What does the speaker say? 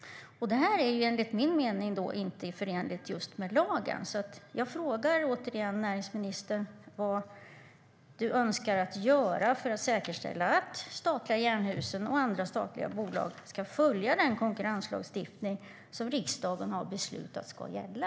Detta är, enligt min mening, inte förenligt med lagen. Därför fråga jag återigen näringsministern vad han önskar göra för att säkerställa att statliga Jernhusen och andra statliga bolag ska följa den konkurrenslagstiftning som riksdagen har beslutat ska gälla.